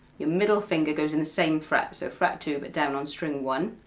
your middle finger goes in the same fret, so fret two but down on string one,